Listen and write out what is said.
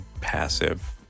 passive